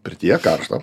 pirtyje karšta